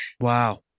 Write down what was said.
Wow